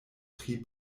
pri